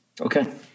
Okay